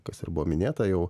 kas ir buvo minėta jau